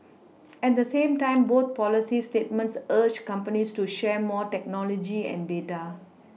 at the same time both policy statements urged companies to share more technology and data